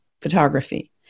photography